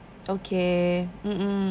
okay mm mm